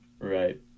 right